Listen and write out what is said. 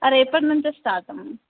రేపటి నుంచే స్టార్ట్ అమ్మ